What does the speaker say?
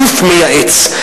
גוף מייעץ.